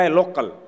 local